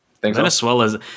Venezuela